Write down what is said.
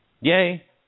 Yay